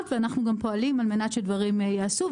ואנחנו גם פועלים על מנת שדברים ייעשו,